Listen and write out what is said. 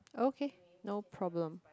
okay no problem